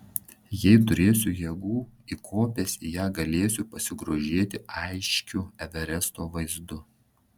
jei turėsiu jėgų įkopęs į ją galėsiu pasigrožėti aiškiu everesto vaizdu